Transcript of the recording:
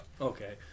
okay